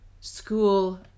school